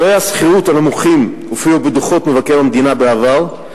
מחירי השכירות הנמוכים הופיעו בדוחות מבקר המדינה בעבר,